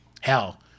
Hell